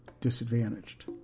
disadvantaged